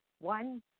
one